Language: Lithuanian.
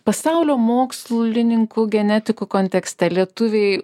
pasaulio mokslininkų genetikų kontekste lietuviai